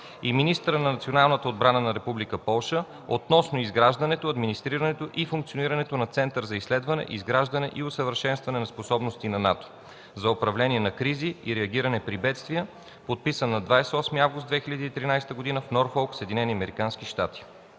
и министъра на националната отбрана на Република Полша относно изграждането, администрирането и функционирането на Център за изследване, изграждане и усъвършенстване на способности на НАТО за управление на кризи и реагиране при бедствия, подписан на 28 август 2013 г. в град Норфолк, Съединени американски щати